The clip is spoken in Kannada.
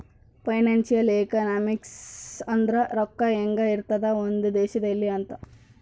ಫೈನಾನ್ಸಿಯಲ್ ಎಕನಾಮಿಕ್ಸ್ ಅಂದ್ರ ರೊಕ್ಕ ಹೆಂಗ ಇರ್ತದ ಒಂದ್ ದೇಶದಲ್ಲಿ ಅಂತ